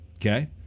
okay